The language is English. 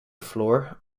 floor